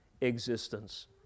existence